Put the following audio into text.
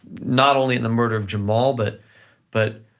not only in the murder of jamal, but but